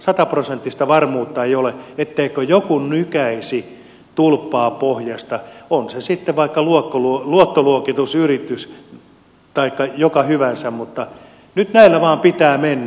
sataprosenttista varmuutta ei ole etteikö joku nykäise tulppaa pohjasta on se sitten vaikka luottoluokitusyritys taikka mikä hyvänsä mutta nyt näillä vaan pitää mennä